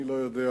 אני לא יודע,